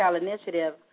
Initiative